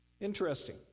Interesting